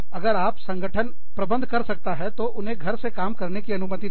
अगर आपका संगठन प्रबंध कर सकता है तो उन्हें घर से काम करने की अनुमति दें